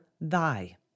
thy